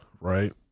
right